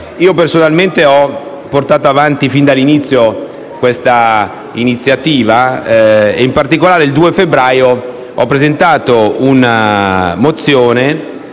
fa. Personalmente, io ho portato avanti fin dall'inizio questa iniziativa. In particolare, il 2 febbraio ho presentato la mozione,